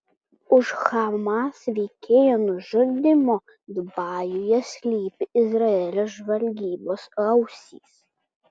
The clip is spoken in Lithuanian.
už hamas veikėjo nužudymo dubajuje slypi izraelio žvalgybos ausys